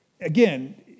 again